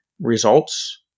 results